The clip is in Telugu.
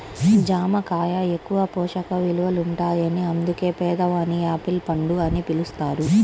జామ కాయ ఎక్కువ పోషక విలువలుంటాయని అందుకే పేదవాని యాపిల్ పండు అని పిలుస్తారు